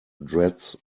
dreads